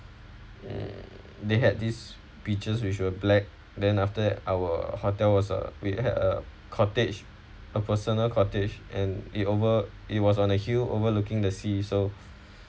mm they had this peaches which were black then after that our hotel was uh we had a cottage a personal cottage and it over it was on the hill overlooking the sea so